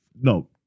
no